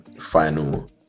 final